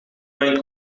mijn